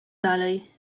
dalej